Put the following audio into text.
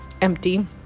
empty